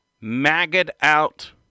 maggot-out